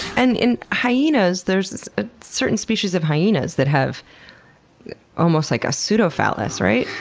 and in hyenas, there's a certain species of hyenas that have almost like a pseudo phallus, right?